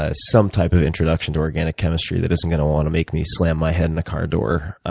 ah some type of introduction to organic chemistry that isn't going to want to make me slam my head in a car door,